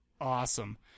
awesome